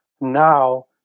now